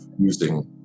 using